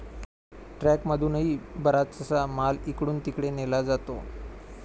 ट्रकमधूनही बराचसा माल इकडून तिकडे नेला जातो